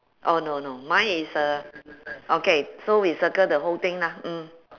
oh no no mine is uh okay so we circle the whole thing lah mm